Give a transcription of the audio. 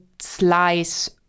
slice